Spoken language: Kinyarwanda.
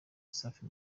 safi